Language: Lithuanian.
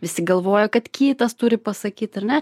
visi galvoja kad kitas turi pasakyt ar ne